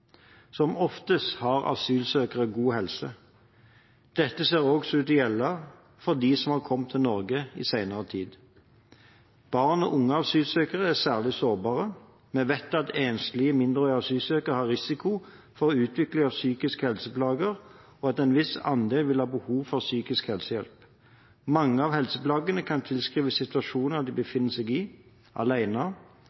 Som oftest har asylsøkere god helse. Dette ser også ut til å gjelde for dem som har kommet til Norge i senere tid. Barn og unge asylsøkere er særlig sårbare. Vi vet at enslige mindreårige asylsøkere har risiko for å utvikle psykiske helseplager, og at en viss andel vil ha behov for psykisk helsehjelp. Mange av helseplagene kan tilskrives situasjonen de